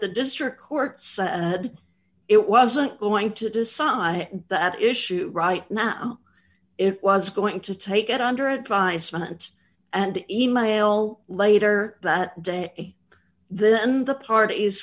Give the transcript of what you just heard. the district court said it wasn't going to decide that issue right now it was going to take it under advisement and e mail later that day then the parties